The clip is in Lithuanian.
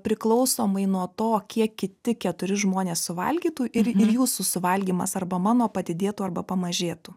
priklausomai nuo to kiek kiti keturi žmonės suvalgytų ir jūsų suvalgymas arba mano padidėtų arba pamažėtų